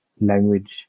language